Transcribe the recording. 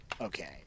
okay